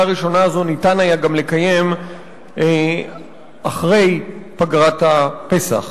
הראשונה הזו ניתן היה גם לקיים אחרי פגרת הפסח.